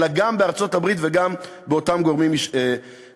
אלא גם בארצות-הברית וגם אצל אותם גורמים רשמיים.